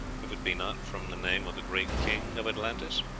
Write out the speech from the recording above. if it be not from the name of the great king of atlantis?